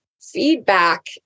feedback